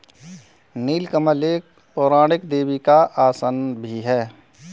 नील कमल एक पौराणिक देवी का आसन भी है